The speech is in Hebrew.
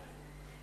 בתוכנית.